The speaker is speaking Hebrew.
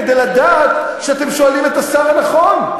כדי לדעת שאתם שואלים את השר הנכון.